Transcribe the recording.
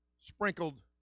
sprinkled